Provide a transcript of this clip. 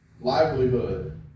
livelihood